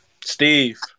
Steve